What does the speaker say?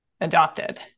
adopted